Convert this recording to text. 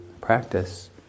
practice